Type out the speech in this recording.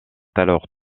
alors